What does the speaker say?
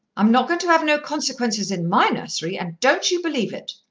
i'm not going to have no consequences in my nursery, and don't you believe it!